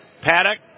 Paddock